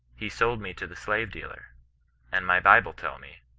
he sold me to the slave-dealer and my bible tell me,